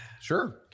Sure